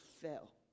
fell